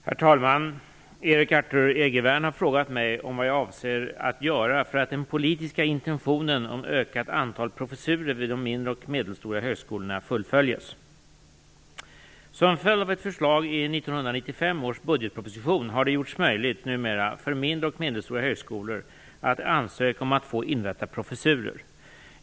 Herr talman! Erik Arthur Egervärn har frågat mig om vad jag avser att göra för att den politiska intentionen om ökat antal professurer vid de mindre och medelstora högskolorna fullföljes. Som följd av ett förslag i 1995 års budgetproposition är det numera möjligt för mindre och medelstora högskolor att ansöka om att få inrätta professurer.